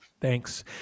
Thanks